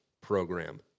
program